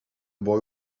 boy